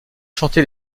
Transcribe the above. chanter